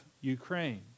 Ukraine